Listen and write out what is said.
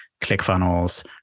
ClickFunnels